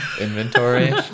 inventory